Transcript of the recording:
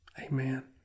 Amen